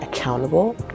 accountable